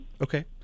Okay